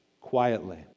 quietly